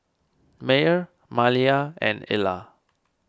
Meyer Maliyah and Ilah